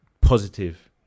positive